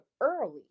early